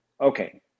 okay